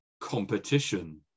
competition